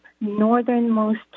northernmost